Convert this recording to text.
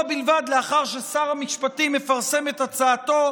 בלבד לאחר ששר המשפטים מפרסם את הצעתו,